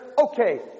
Okay